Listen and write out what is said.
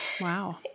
Wow